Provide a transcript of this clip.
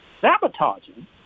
sabotaging